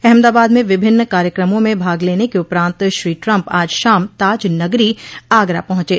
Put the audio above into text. अहमदाबाद में विभिन्न कार्यक्रमों में भाग लेने के उपरांत श्री ट्रंप आज शाम ताज नगरी आगरा पहुंचे